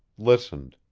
listened.